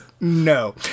No